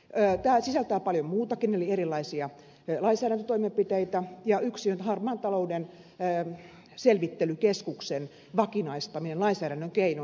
tämä sisältää paljon muutakin eli erilaisia lainsäädäntötoimenpiteitä ja yksi on harmaan talouden selvittelykeskuksen vakinaistaminen lainsäädännön keinoin